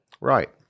Right